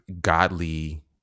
godly